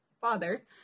father